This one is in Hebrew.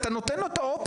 אתה נותן לו את האופציה.